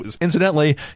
incidentally